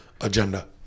agenda